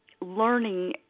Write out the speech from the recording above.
learning